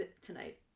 tonight